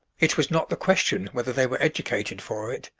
it was not the question whether they were educated for it,